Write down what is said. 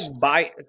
buy